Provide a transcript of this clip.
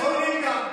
רק שנייה,